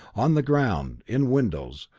on the ground, in windows,